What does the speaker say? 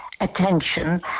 attention